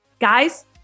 Guys